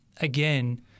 again